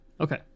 Okay